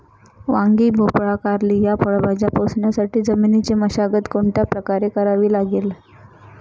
वांगी, भोपळा, कारली या फळभाज्या पोसण्यासाठी जमिनीची मशागत कोणत्या प्रकारे करावी लागेल?